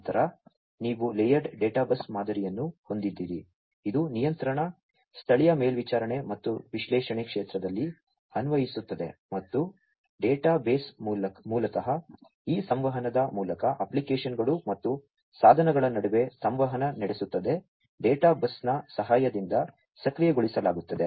ನಂತರ ನೀವು layered data bus ಮಾದರಿಯನ್ನು ಹೊಂದಿದ್ದೀರಿ ಇದು ನಿಯಂತ್ರಣ ಸ್ಥಳೀಯ ಮೇಲ್ವಿಚಾರಣೆ ಮತ್ತು ವಿಶ್ಲೇಷಣೆ ಕ್ಷೇತ್ರದಲ್ಲಿ ಅನ್ವಯಿಸುತ್ತದೆ ಮತ್ತು ಡೇಟಾಬೇಸ್ ಮೂಲತಃ ಈ ಸಂವಹನದ ಮೂಲಕ ಅಪ್ಲಿಕೇಶನ್ಗಳು ಮತ್ತು ಸಾಧನಗಳ ನಡುವೆ ಸಂವಹನ ನಡೆಸುತ್ತದೆ ಡೇಟಾ ಬಸ್ನ ಸಹಾಯದಿಂದ ಸಕ್ರಿಯಗೊಳಿಸಲಾಗುತ್ತದೆ